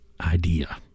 idea